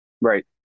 Right